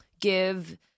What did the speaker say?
give –